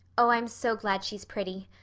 oh, i'm so glad she's pretty.